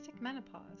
Menopause